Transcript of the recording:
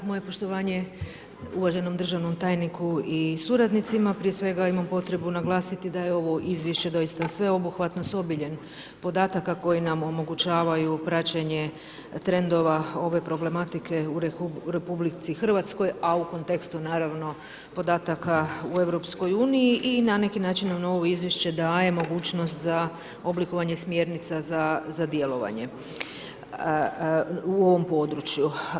Moje poštovanje uvaženom državnom tajniku i suradnicima, prije svega imam potrebu naglasiti da je ovo izvješće doista sveobuhvatno s obiljem podataka koji nam omogućavaju praćenje trendova ove problematike u RH a u kontekstu naravno podataka u EU-u i na neki način novo izvješće daje mogućnost za oblikovanje smjernica za djelovanje u ovom području.